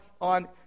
on